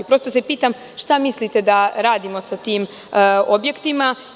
Prosto se pitam – šta mislite da radimo sa tim objektima?